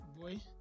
Boy